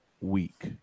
week